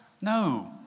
No